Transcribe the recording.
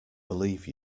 believe